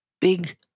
Big